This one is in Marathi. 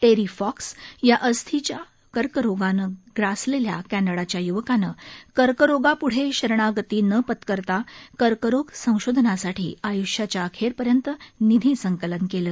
टेरी फॉक्स या अस्थींच्या कर्करोगाने ग्रासलेल्या कमडाच्या य्वकाने कर्करोगापृढे शरणागती न पत्करता कर्करोग संशोधनासाठी आयष्याच्या अखेरपर्यंत निधी संकलन केले